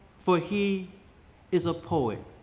for he is a poet.